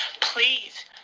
please